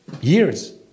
Years